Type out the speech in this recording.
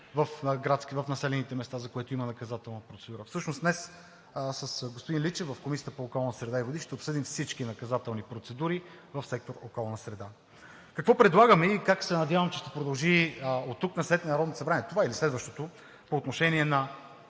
в населените места, за което има наказателна процедура. Всъщност днес с господин Личев в Комисията по околната среда и водите ще обсъдим всички наказателни процедури в сектор „Околна среда“. Какво предлагаме и как се надявам, че ще продължи оттук насетне Народното събрание – това или следващото, именно по отношение на